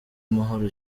amahoro